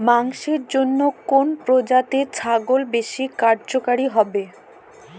মাংসের জন্য কোন প্রজাতির ছাগল বেশি কার্যকরী হবে?